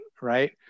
right